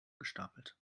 gestapelt